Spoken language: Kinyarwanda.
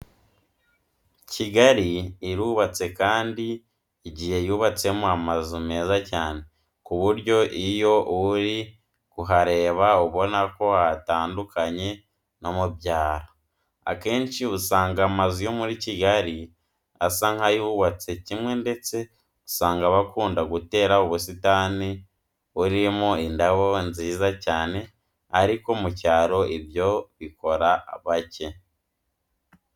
Kigali irubatse kandi igiye yubatsemo amazu meza cyane, ku buryo iyo uri kuhareba ubona ko hatandukanye no mu byaro. Akenshi usanga amazu yo muri Kigali asa nk'ayubatse kimwe ndetse ugasanga bakunda gutera ubusitani burimo indabyo nziza cyane, ariko mu cyaro ibyo bikora bake.